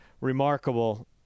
remarkable